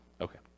Okay